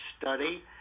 study